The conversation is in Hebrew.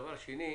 דבר שני,